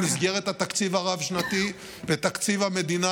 במסגרת התקציב הרב-שנתי ותקציב המדינה